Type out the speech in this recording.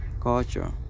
culture